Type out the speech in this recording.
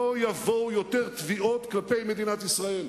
לא יבואו עוד תביעות כלפי מדינת ישראל,